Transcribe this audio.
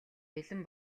бэлэн